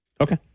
Okay